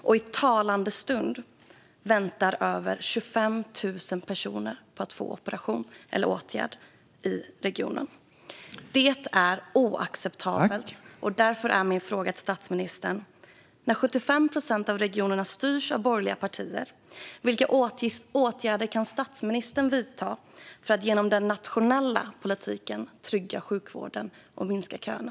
I talande stund väntar över 25 000 personer i regionen på att få operation eller åtgärd. Detta är oacceptabelt. Därför vill jag ställa följande fråga till statsministern: 75 procent av regionerna styrs av borgerliga partier. Vilka åtgärder kan statsministern vidta för att genom den nationella politiken trygga sjukvården och minska köerna?